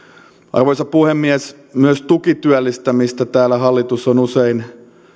arvoisa puhemies myös tukityöllistämistä täällä hallitus on usein